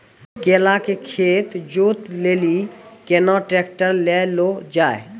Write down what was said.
केला के खेत जोत लिली केना ट्रैक्टर ले लो जा?